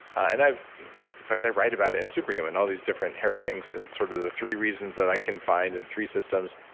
and in fact, i write about it in super human, all these different hair things and sort of the three reasons that i can find, and three systems,